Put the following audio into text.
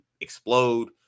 explode